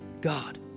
God